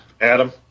Adam